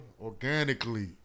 Organically